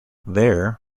there